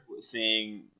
seeing